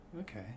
Okay